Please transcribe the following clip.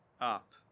up